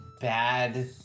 bad